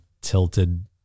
tilted